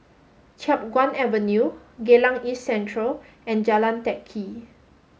Chiap Guan Avenue Geylang East Central and Jalan Teck Kee